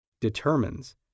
determines